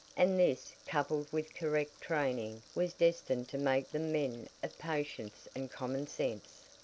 and this, coupled with correct training, was destined to make them men of patience and common sense.